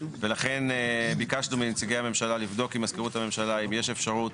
ולכן ביקשנו מנציגי הממשלה לבדוק עם מזכירות הממשלה אם יש אפשרות